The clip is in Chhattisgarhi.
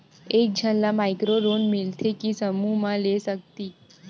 एक झन ला माइक्रो लोन मिलथे कि समूह मा ले सकती?